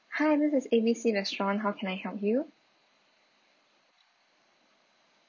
hi this A B C restaurant how can I help you